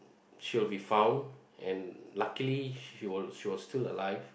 she'll be find and luckily she was still alive